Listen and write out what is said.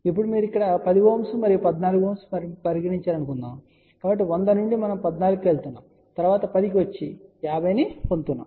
ఇప్పుడు మీరు ఇక్కడ 10 Ω మరియు 14 Ω పరిగణించారు అని అనుకుందాం కాబట్టి 100 నుండి మనం 14 కి వెళ్తున్నాము తరువాత 10 కి వచ్చి 50 ని పొందుతాము